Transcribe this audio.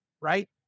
Right